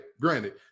granted